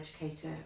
educator